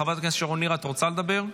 חברת הכנסת שרון ניר, את רוצה לדבר?